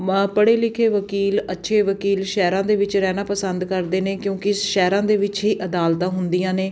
ਪੜ੍ਹੇ ਲਿਖੇ ਵਕੀਲ ਅੱਛੇ ਵਕੀਲ ਸ਼ਹਿਰਾਂ ਦੇ ਵਿੱਚ ਰਹਿਣਾ ਪਸੰਦ ਕਰਦੇ ਨੇ ਕਿਉਂਕਿ ਸ਼ਹਿਰਾਂ ਦੇ ਵਿੱਚ ਹੀ ਅਦਾਲਤ ਹੁੰਦੀਆਂ ਨੇ